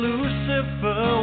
Lucifer